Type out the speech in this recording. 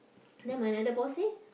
then my another boss leh